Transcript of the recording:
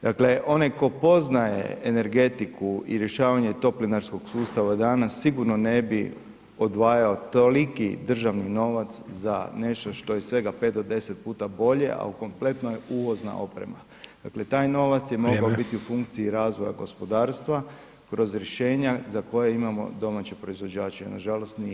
Dakle onaj tko poznaje energetiku i rješavanje toplinarskog ustava danas, sigurno ne bi odvajao toliki državni novac za nešto što je svega 5 do 10 puta bolje a u kompletno je uvozna oprema, dakle taj novac je [[Upadica Sanader: Vrijeme.]] mogao biti u funkciji razvoja gospodarstva kroz rješenja za koje imamo domaće proizvođače, nažalost nije.